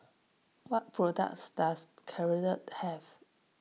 what products does Caltrate have